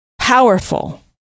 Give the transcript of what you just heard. powerful